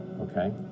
okay